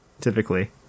typically